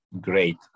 great